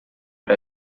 per